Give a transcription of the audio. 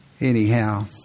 anyhow